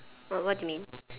what do you mean